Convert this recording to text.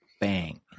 Bang